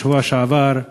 בשבוע שעבר.